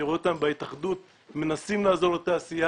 אני רואה בהתאחדות מנסים לעזור לתעשייה